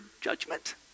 judgment